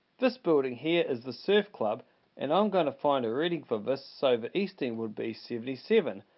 this building here is the surf club and i'm going to find a reading for this so the easting would be seventy seven.